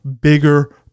bigger